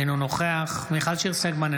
אינו נוכח מיכל שיר סגמן,